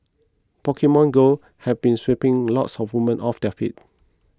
Pokemon Go has been sweeping lots of women off their feet